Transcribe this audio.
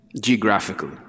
Geographically